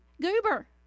Goober